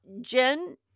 Jen